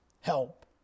help